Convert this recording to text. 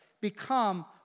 become